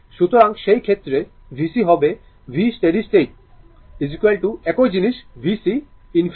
সুতরাং সেই ক্ষেত্রে vc হবে V স্টেডি স্টেট স্টেট একই জিনিস vc infinity